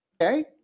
Okay